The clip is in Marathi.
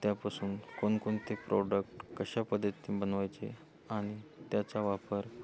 त्यापासून कोण कोणते प्रॉडक्ट कशा पद्धतीने बनवायचे आणि त्याचा वापर